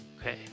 Okay